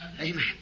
Amen